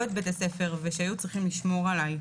את בית הספר ושהיו צריכים לשמור עליי.